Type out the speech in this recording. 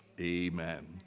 Amen